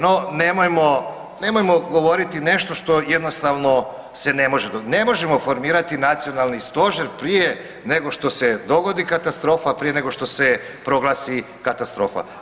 No, nemojmo, nemojmo govoriti nešto što jednostavno se ne može … [[Govornik se ne razumije]] Ne možemo formirati nacionalni stožer prije nego što se dogodi katastrofa, prije nego što se proglasi katastrofa.